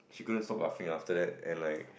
go and took bathing after that and like